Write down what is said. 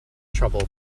trouble